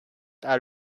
are